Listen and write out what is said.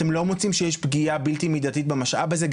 אתם לא מוצאים שיש פגיעה בלתי מידתית במשאב הזה?